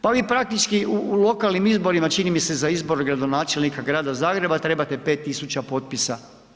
Pa vi praktički u lokalnim izborima, čini mi se za izbor gradonačelnika grada Zagreba trebate 5.000 potpisa.